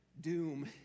doom